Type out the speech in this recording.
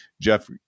jeff